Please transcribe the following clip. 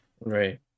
Right